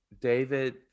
David